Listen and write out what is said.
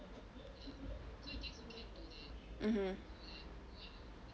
mmhmm mmhmm